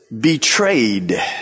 betrayed